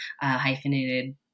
hyphenated